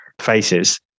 faces